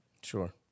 Sure